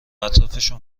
اطرافشون